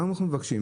מה אנחנו מבקשים?